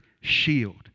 shield